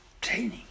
Training